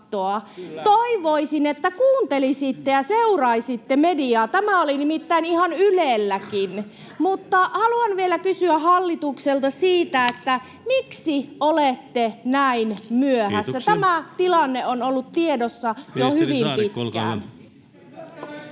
Toivoisin, että kuuntelisitte ja seuraisitte mediaa — tämä oli nimittäin ihan Ylelläkin. Haluan vielä kysyä hallitukselta: miksi olette näin myöhässä? [Puhemies: Kiitoksia!] Tämä tilanne on ollut tiedossa jo hyvin pitkään.